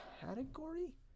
category